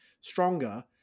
stronger